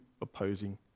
opposing